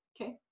Okay